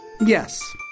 Yes